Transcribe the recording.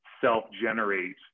self-generate